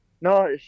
no